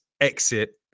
exit